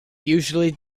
usually